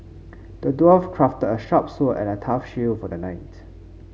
the dwarf crafted a sharp sword and a tough shield for the knight